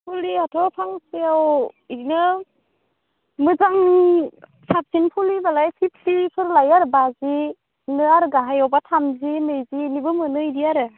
फुलियाथ' फांसेयाव इदिनो मोजां साबसिन फुलिब्लालाय फिभटिफोर लायो आरो बाजि बिनो आरो गाहायावब्ला थामजि नैजि इनिबो मोनो इदि आरो